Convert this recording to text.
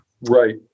Right